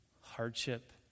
hardship